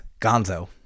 Gonzo